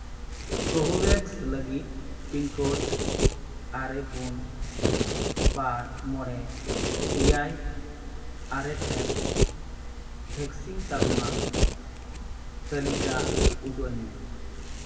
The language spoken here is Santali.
ᱠᱳᱵᱷᱳᱵᱷᱮᱠᱥ ᱞᱟᱹᱜᱤᱫ ᱯᱤᱱ ᱠᱳᱰ ᱟᱨᱮ ᱯᱩᱱ ᱵᱟᱨ ᱢᱚᱬᱮ ᱮᱭᱟᱭ ᱟᱨᱮ ᱴᱷᱮᱱ ᱵᱷᱮᱠᱥᱤᱱ ᱛᱟᱞᱢᱟ ᱛᱟᱹᱞᱤᱠᱟ ᱩᱫᱩᱜ ᱟᱹᱧ ᱢᱮ